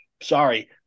Sorry